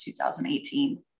2018